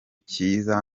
kiza